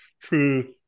true